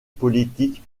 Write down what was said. politique